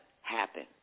happen